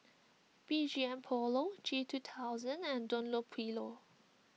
B G M Polo G two thousand and Dunlopillo